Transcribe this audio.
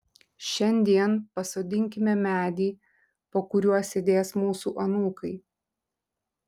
šiandien pasodinkime medį po kuriuo sėdės mūsų anūkai